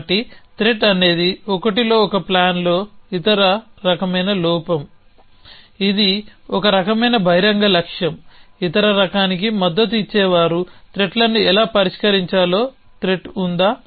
కాబట్టి త్రెట్ అనేది ఒకటిలో ఒక ప్లాన్లోని ఇతర రకమైన లోపం ఇది ఒక రకమైన బహిరంగ లక్ష్యం ఇతర రకానికి మద్దతు ఇచ్చే వారు త్రెట్లను ఎలా పరిష్కరించాలో త్రెట్ ఉందా